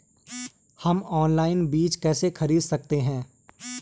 हम ऑनलाइन बीज कैसे खरीद सकते हैं?